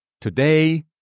today